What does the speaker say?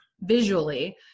visually